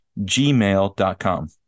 gmail.com